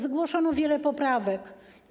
Zgłoszono wiele poprawek.